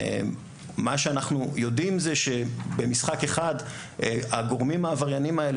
אנחנו יודעים שהגורמים העבריינים האלה